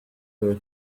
her